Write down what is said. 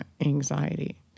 anxiety